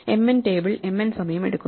mn table mn സമയം എടുക്കുന്നു